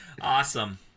Awesome